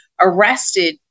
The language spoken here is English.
arrested